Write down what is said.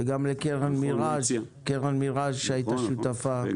וגם לקרן מיראז' שהיתה שותפה בתכנית הזאת.